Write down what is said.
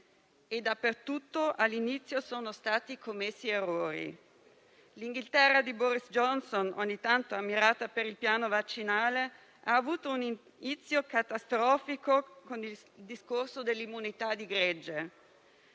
Ovunque, all'inizio, sono stati commessi errori: la Gran Bretagna di Boris Johnson, oggi tanto ammirata per il piano vaccinale, ha avuto un inizio catastrofico con il discorso sull'immunità di gregge;